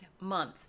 month